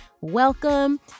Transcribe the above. Welcome